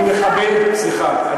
אני מכבד, סליחה.